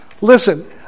listen